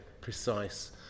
precise